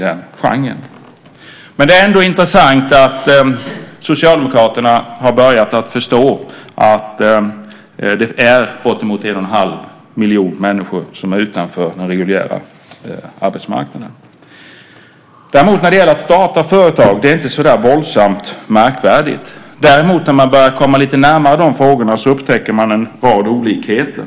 Men det är ändå intressant att Socialdemokraterna har börjat förstå att det är bortemot en och en halv miljon människor som står utanför den reguljära arbetsmarknaden. Att starta företag är inte så våldsamt märkvärdigt. När man däremot börjar komma lite närmare de frågorna upptäcker man en rad olikheter.